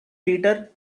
peter